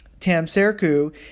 Tamserku